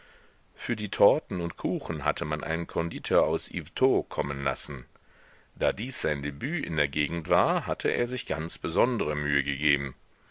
für die torten und kuchen hatte man einen konditor aus yvetot kommen lassen da dies sein debüt in der gegend war hatte er sich ganz besondre mühe gegeben